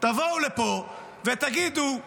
תבואו לפה ותגידו לציבור,